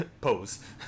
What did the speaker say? Pose